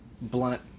blunt